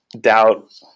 doubt